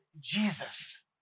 Jesus